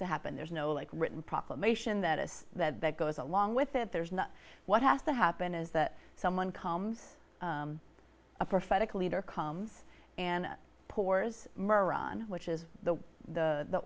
to happen there's no like written proclamation that is that that goes along with it there's not what has to happen is that someone comes a prophetic leader comes and pours moran which is the